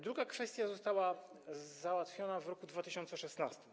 Druga kwestia została załatwiona w roku 2016.